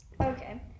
Okay